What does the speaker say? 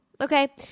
Okay